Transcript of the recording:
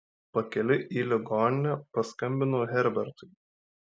pakeliui į ligoninę paskambinu herbertui